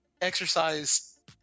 exercise